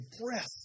breath